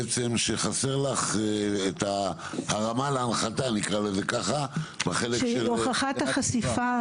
בעצם שחסר לך את ההרמה להנחתה --- שהוכחת החשיפה,